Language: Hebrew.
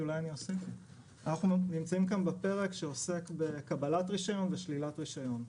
אנחנו נמצאים כאן בפרק שעוסק בקבלת רישיון ושלילת רישיון.